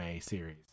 series